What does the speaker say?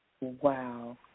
Wow